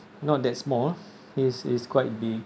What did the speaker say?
not that small it's it's quite big